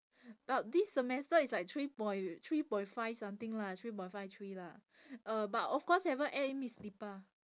but this semester is like three point three point five something lah three point five three lah uh but of course haven't add in miss dipa